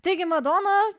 taigi madona